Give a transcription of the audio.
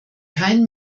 kein